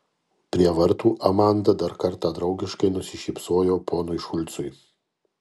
prie vartų amanda dar kartą draugiškai nusišypsojo ponui šulcui